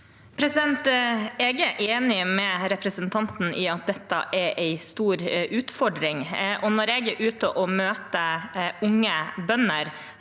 Jeg er enig med representanten i at dette er en stor utfordring, og når jeg er ute og møter unge bønder,